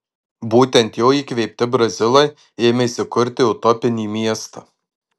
būtent jo įkvėpti brazilai ėmėsi kurti utopinį miestą